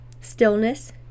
stillness